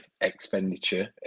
expenditure